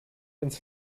ins